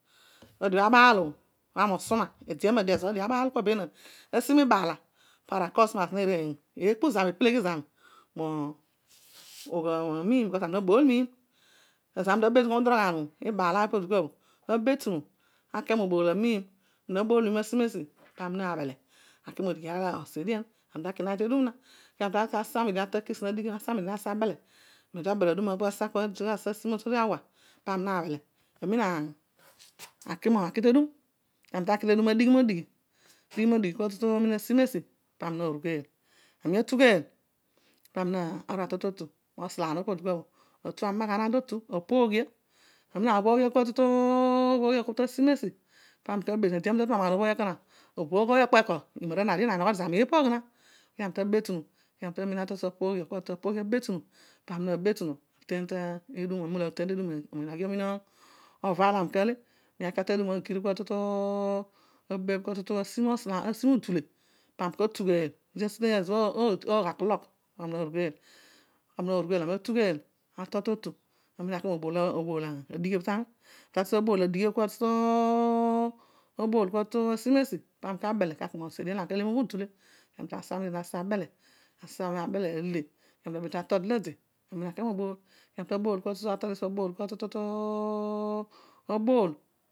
Adiobho abaaal ami usuma ede amem ezobho adiobho abaal kua benaan asi mibaala para euetomers neera eekpu zami epeloghi zami mo ogho amiim because tabetunu muduroghaano mibaala pobho abetunu ake mobool amiini ami abool asi mesi paami na abele naki mosa edian ami ta ki nami tegum na ezobho ami naaghi ta kitchen asa kua tutu asi motodighi a hour paani naabele amin aki tedum kaami taki ter dum adighi modighi kua tutu asi mesi paami naarugheel. Ami atugheel paami narol totu mosalaam opobho atu amaghanan totu apooghia. Amem anin abhooghia kua tutu ede mesi paam ka betunu. Ede amen aami na tu momaghanan ekana obobho oghony okpo ekana inogho dio zami meepoogh na kaami ta betunu aminatol tesuo apoghia kua tutu paami na miratein te dum o mo niin oghi ova aar lanami ka le kaami ta ki atol te du obho agir kua tutu abebh kua tutu asi mo osalaam na si mu udule paami katugheel asi te zo bho oogh o clock paami natugheel ami atugheel atol to tu paami na ke mo obool adighi obho tami ami abool kua tutu asi mesi paami ka ki mosa aar lo aami kale naki asa median obho ami nasa abele ale pami na mina atu atol delede amina ake mobool kana tato tesuo abool kua tutu abool